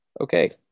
Okay